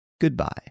Goodbye